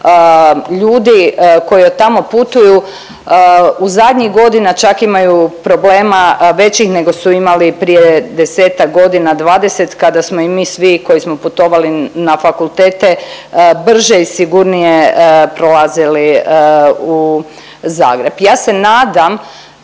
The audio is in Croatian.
ljudi koji od tamo putuju u zadnjih godina čak imaju problema većih nego su imali prije 10-tak godina, 20 kada smo i mi svi koji smo putovali na fakultete brže i sigurnije prolazili u Zagreb. Ja se nadam,